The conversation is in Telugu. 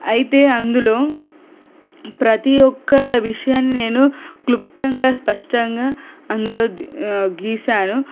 అయితే అందులో ప్రతి ఒక్క విషయాన్ని నేను క్లుప్తంగా స్పష్టంగా అందులో గీశాను